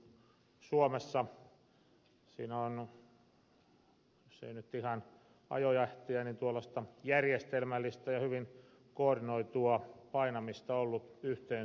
siinä on jos ei nyt ihan ajojahtia niin tuollaista järjestelmällistä ja hyvin koordinoitua painamista ollut yhteen suuntaan